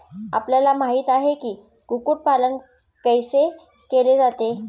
आपल्याला माहित आहे की, कुक्कुट पालन कैसे केले जाते?